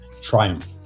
triumph